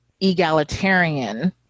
egalitarian